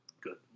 Good